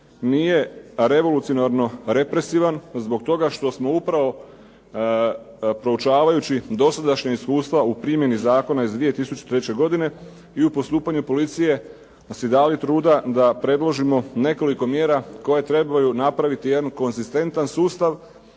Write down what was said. nije revolucionarno represivan zbog toga što smo upravo proučavajući dosadašnja iskustva u primjeni zakona iz 2003. godine i u postupanju policije si dali truda da predložimo nekoliko mjera koje trebaju napraviti jedan konzistentan sustav